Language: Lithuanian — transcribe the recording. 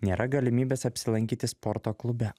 nėra galimybės apsilankyti sporto klube